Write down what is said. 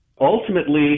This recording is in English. Ultimately